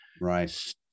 right